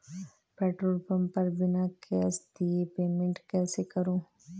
Petrol pump पर बिना cash दिए पेमेंट कैसे करूँ?